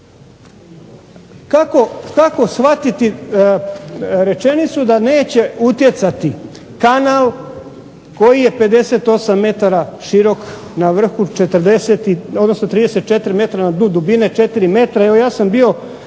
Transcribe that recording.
kako shvatiti rečenicu da neće utjecati kanal koji je 58 m širok, na vrhu odnosno 34 m na dnu dubine 4 m. Evo ja sam bio